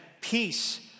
peace